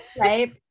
Right